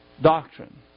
doctrine